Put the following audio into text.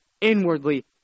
inwardly